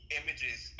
images